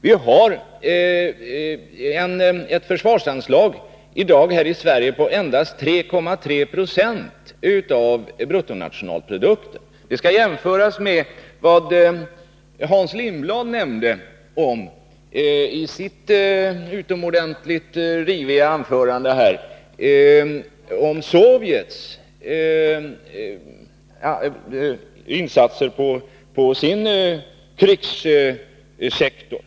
Vi har i Sverige i dag ett försvarsanslag motsvarande endast 3,3 20 av BNP. Det skall jämföras med vad Hans Lindblad i sitt utomordentligt riviga anförande sade om Sovjets satsningar på krigssektorn.